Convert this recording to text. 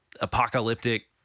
apocalyptic